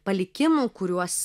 palikimų kuriuos